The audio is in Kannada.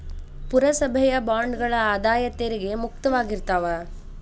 ಪುರಸಭೆಯ ಬಾಂಡ್ಗಳ ಆದಾಯ ತೆರಿಗೆ ಮುಕ್ತವಾಗಿರ್ತಾವ